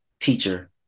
teacher